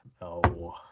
no